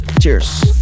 cheers